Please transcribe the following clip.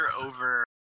over